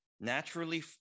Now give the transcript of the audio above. naturally